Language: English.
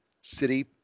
city